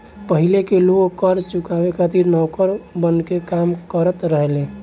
पाहिले के लोग कर चुकावे खातिर नौकर बनके काम करत रहले